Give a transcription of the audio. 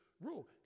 rule